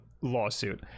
lawsuit